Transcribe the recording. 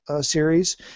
series